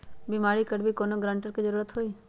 बिमा करबी कैउनो गारंटर की जरूरत होई?